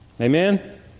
Amen